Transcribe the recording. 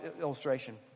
illustration